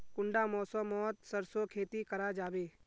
कुंडा मौसम मोत सरसों खेती करा जाबे?